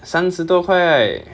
三十多块 right